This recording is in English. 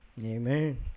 Amen